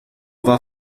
war